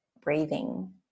breathing